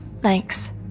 Thanks